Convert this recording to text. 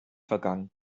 vergangen